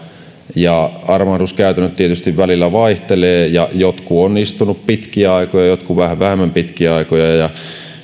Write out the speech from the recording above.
ja armahduskäytännöt tietysti välillä vaihtelevat jotkut ovat istuneet pitkiä aikoja jotkut vähän vähemmän pitkiä aikoja